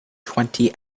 twenty